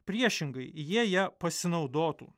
priešingai jie ja pasinaudotų